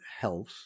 health